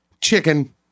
Chicken